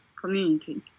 community